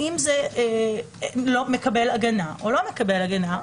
האם זה מקבל הגנה או לא מקבל הגנה?